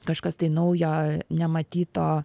kažkas tai naujo nematyto